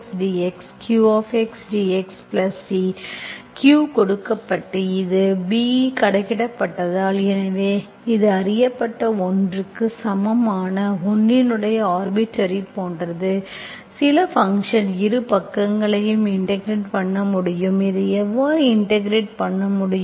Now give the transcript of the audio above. q கொடுக்கப்பட்டு இது b கணக்கிடப்பட்டதால் எனவே இது அறியப்பட்ட ஒன்றுக்கு சமமான ஒன்றின் ஆர்பிட்டர்ரி போன்றது சில ஃபங்க்ஷன் இரு பக்கங்களையும் இன்டெகிரெட் பண்ண முடியும் இதை எவ்வாறு இன்டெகிரெட் பண்ண முடியும்